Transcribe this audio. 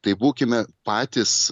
tai būkime patys